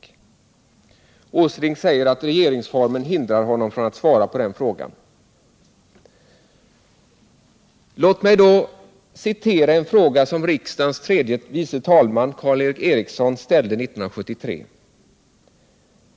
Nils Åsling säger att regeringsformen hindrar honom att svara på den frågan. Låt mig då citera en fråga som riksdagens tredje vice talman Karl Erik Eriksson ställde år 1973.